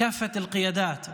כל המנהיגים.